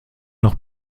noch